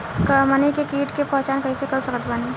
हमनी के कीट के पहचान कइसे कर सकत बानी?